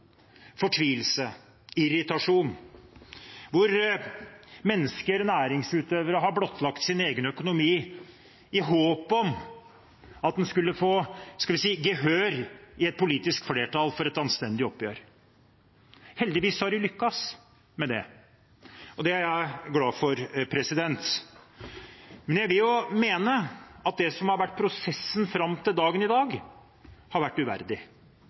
fortvilelse og irritasjon, der mennesker, næringsutøvere, har blottlagt sin egen økonomi i håp om at de skulle få – skal vi si – gehør i et politisk flertall for et anstendig oppgjør. Heldigvis har de lyktes med det, og det er jeg glad for. Men jeg vil jo mene at prosessen fram til dagen i dag har vært uverdig,